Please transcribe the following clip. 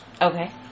okay